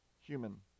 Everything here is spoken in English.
human